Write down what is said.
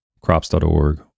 crops.org